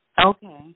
Okay